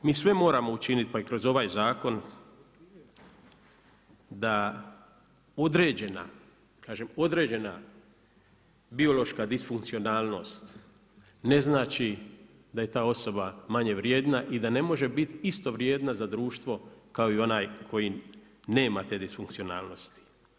Mi sve moramo učiniti kroz ovaj zakon, da određena, kažem određena biološka disfunkcionalnosti, ne znači da je ta osoba manje vrijedna i da ne može biti isto vrijedna za društva, kao i onaj tko nema te disfunkcionalnosti.